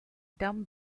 dumb